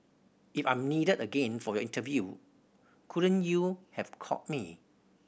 if I'm needed again for your interview couldn't you have called me